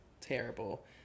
terrible